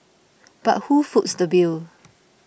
but who foots the bill